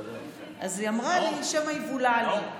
אז היא אמרה לי: שמא יבולע לי.